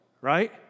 right